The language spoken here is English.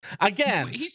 Again